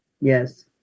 Yes